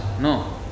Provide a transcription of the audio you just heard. No